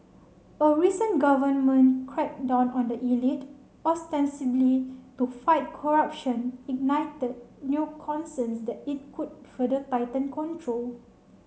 a recent government crackdown on the elite ostensibly to fight corruption ignited new concerns that it could further tighten control